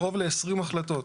קרוב ל-20 החלטות,